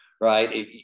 right